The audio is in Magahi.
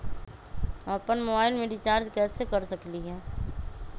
हम अपन मोबाइल में रिचार्ज कैसे कर सकली ह?